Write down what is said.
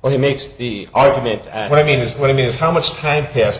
when he makes the argument and what i mean is what i mean is how much time passed